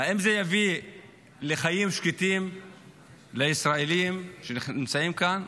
האם זה יביא לחיים שקטים לישראלים שנמצאים כאן?